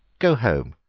go home.